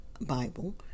Bible